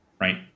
right